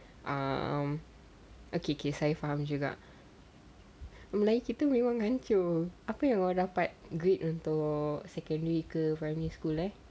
um okay K saya faham juga melayu kita memang hancur apa yang awak dapat grade untuk secondary ke primary school leh